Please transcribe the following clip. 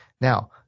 Now